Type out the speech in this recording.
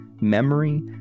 memory